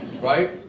Right